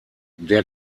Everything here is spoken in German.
der